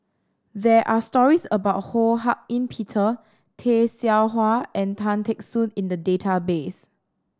there are stories about Ho Hak Ean Peter Tay Seow Huah and Tan Teck Soon in the database